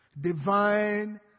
Divine